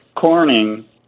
Corning